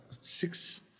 six